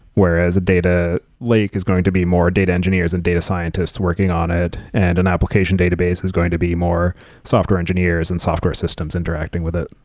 whereas a data lake is going to be more data engineers and data scientists working on it and an application database is going to be more software engineers and software systems interacting with it.